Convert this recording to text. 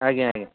ଆଜ୍ଞା ଆଜ୍ଞା